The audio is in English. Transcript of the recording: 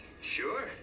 Sure